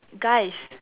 guys